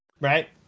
right